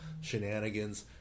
shenanigans